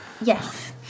Yes